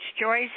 Joyce